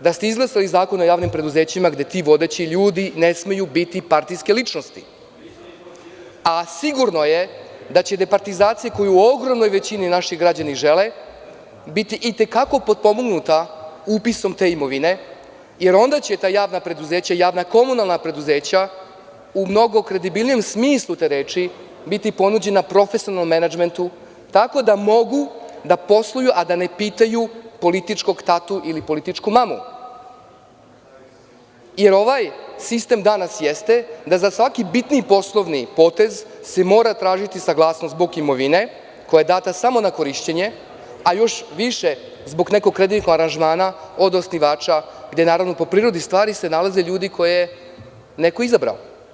da ste izglasali Zakon o javnim preduzećima, gde ti vodeći ljudi ne smeju biti partijske ličnosti, a sigurno je da će departizacija, koju u ogromnoj većini naši građani žele, biti itekako potpomognuta upisom te imovine, jer onda će ta javna preduzeća, javno komunalna preduzeća umnogo kredibilnijem smislu te reči biti ponuđena profesionalnom menadžmentu, tako da mogu da posluju a da ne pitaju političkog tatu ili političku mamu, jer ovaj sistem danas jeste da za svaki bitniji poslovni potez se mora tražiti saglasnost zbog imovine, koja je data samo na korišćenje, a još više zbog nekog kreditnog aranžmana od osnivača, gde se, po prirodi stvari, nalaze ljudi koje je neko izabrao.